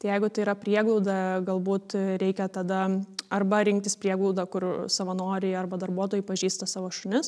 tai jeigu tai yra prieglauda galbūt reikia tada arba rinktis prieglaudą kur savanoriai arba darbuotojai pažįsta savo šunis